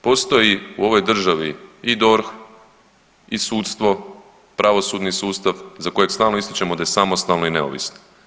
Postoji u ovoj državi i DORH i sudstvo, pravosudni sustav za kojeg stalno ističemo da je samostalno i neovisno.